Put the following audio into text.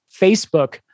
Facebook